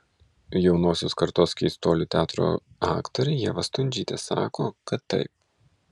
jaunosios kartos keistuolių teatro aktorė ieva stundžytė sako kad taip